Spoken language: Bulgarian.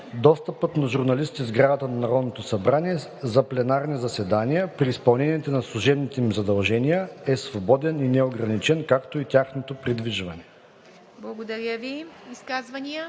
Достъпът на журналисти в сградата на Народното събрание за пленарни заседания, при изпълнение на служебните им задължения, е свободен и неограничен, както и тяхното придвижване.“ ПРЕДСЕДАТЕЛ